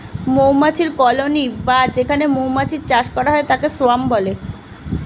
মৌমাছির কলোনি বা যেখানে মৌমাছির চাষ করা হয় তাকে সোয়ার্ম বলে